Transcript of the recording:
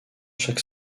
chaque